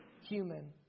human